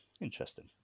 interesting